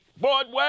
Broadway